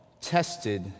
tested